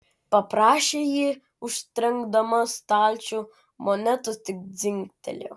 paprašė ji užtrenkdama stalčių monetos tik dzingtelėjo